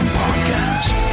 podcast